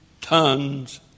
tons